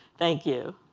thank you.